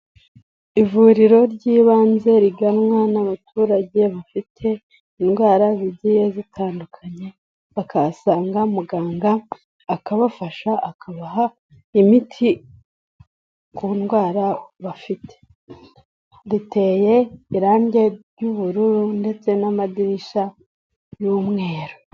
Ivuriro ry'ibanze riganwa n'abaturage bafite indwara zigiye zitandukanya, bakahasanga muganga, akabafasha, akabaha imiti ku ndwara bafite. Riteye irambye ry'ubururu ndetse n'amadirishya y'umweru.